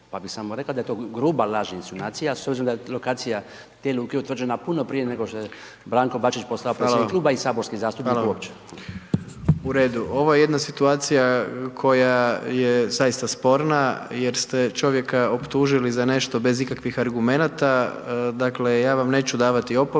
Pa bi samo rekao da je to gruba laž i insinuacija, s obzirom da je lokacija …/Govornik se ne razumije./… luke utvrđena puno prije nego što je Branko Bačić postao predsjednik kluba i saborski zastupnik uopće. **Jandroković, Gordan (HDZ)** Hvala vam. U redu, ovo je jedna situacija koja je zaista sporna, jer ste čovjeka optužili za nešto bez ikakvih argumenata, dakle, ja vam neću davati opomenu,